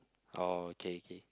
oh okay